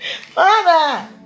Father